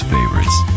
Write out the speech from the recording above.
Favorites